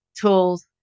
tools